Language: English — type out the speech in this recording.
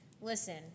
Listen